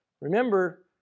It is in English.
Remember